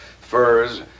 furs